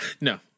no